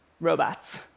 robots